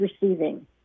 receiving